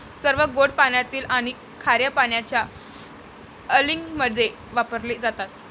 सर्व गोड पाण्यातील आणि खार्या पाण्याच्या अँलिंगमध्ये वापरले जातात